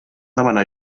demanar